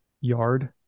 yard